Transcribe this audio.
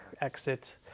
exit